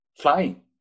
flying